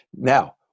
now